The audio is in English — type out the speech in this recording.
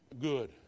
good